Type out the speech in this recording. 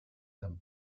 them